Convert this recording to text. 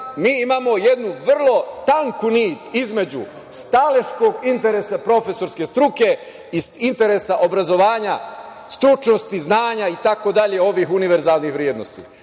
mi imamo jednu vrlo tanku nit između staleškog interesa profesorske struke i interesa obrazovanja stručnosti, znanja, itd. ovih univerzalnih vrednosti.